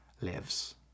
lives